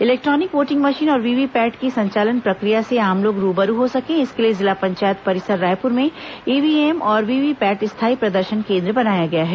electronic voting machine और VVPAT की संचालन प्रक्रिया से आम लोग रूबरू हो सके इसके लिए जिला पंचायत परिसर रायपुर में ईव्हीएम और वीवीपैट स्थायी प्रदर्शन केंद्र बनाया गया है